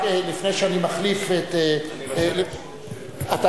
לפני שאני מחליף, אני רשאי לשאול שאלה?